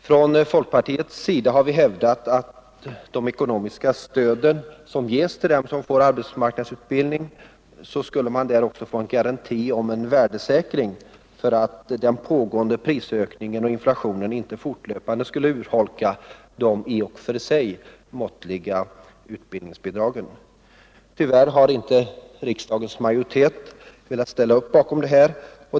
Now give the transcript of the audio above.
Från folkpartiets sida har vi hävdat att det ekonomiska stöd som ges till dem som får arbetsmarknadsutbildning skulle kombineras med en värdesäkringsgaranti, så att den pågående prisökningen och inflationen inte fortlöpande urholkar de i och för sig måttliga utbildningsbidragen. Tyvärr har inte riksdagens majoritet velat ställa upp bakom detta.